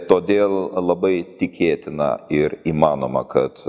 todėl labai tikėtina ir įmanoma kad